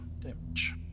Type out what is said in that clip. damage